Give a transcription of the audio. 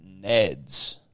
Neds